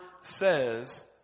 says